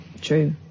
True